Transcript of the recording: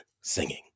singing